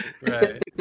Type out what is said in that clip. right